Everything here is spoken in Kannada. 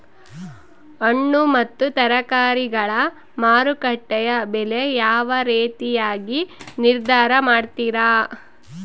ಹಣ್ಣು ಮತ್ತು ತರಕಾರಿಗಳ ಮಾರುಕಟ್ಟೆಯ ಬೆಲೆ ಯಾವ ರೇತಿಯಾಗಿ ನಿರ್ಧಾರ ಮಾಡ್ತಿರಾ?